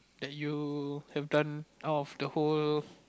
that you have done out of the whole